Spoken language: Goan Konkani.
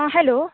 आं हॅलो